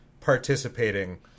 participating